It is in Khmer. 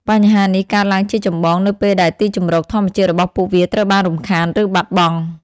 បញ្ហានេះកើតឡើងជាចម្បងនៅពេលដែលទីជម្រកធម្មជាតិរបស់ពួកវាត្រូវបានរំខាន ឬបាត់បង់។